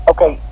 Okay